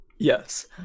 Yes